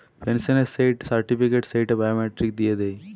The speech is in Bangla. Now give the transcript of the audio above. পেনসনের যেই সার্টিফিকেট, সেইটা বায়োমেট্রিক দিয়ে দেয়